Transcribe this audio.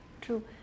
True